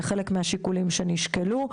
זה חלק מהשיקולים שנשקלו.